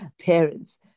parents